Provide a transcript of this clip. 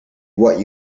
what